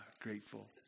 grateful